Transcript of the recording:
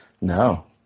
No